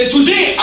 Today